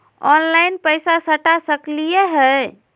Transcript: Online पैसा सटा सकलिय है?